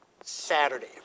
Saturday